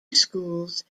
schools